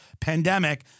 pandemic